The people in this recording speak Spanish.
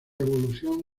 evolución